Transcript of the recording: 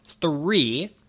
three